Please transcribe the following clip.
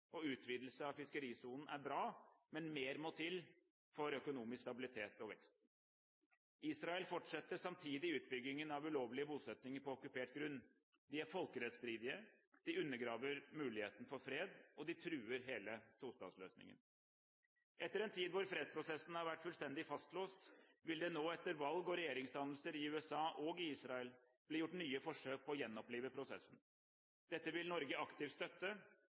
og utvidelse av fiskerisonen er bra, men mer må til for å få økonomisk stabilitet og vekst. Israel fortsetter samtidig utbyggingen av ulovlige bosettinger på okkupert grunn. De er folkerettsstridige, de undergraver muligheten for fred og de truer hele tostatsløsningen. Etter en tid hvor fredsprosessen har vært fullstendig fastlåst, vil det nå, etter valg og regjeringsdannelser i USA og Israel, bli gjort nye forsøk på å gjenopplive prosessen. Dette vil Norge aktivt støtte.